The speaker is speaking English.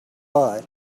but